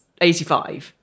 85